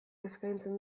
eskaintzen